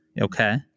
Okay